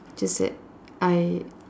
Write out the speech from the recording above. just that I